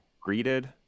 greeted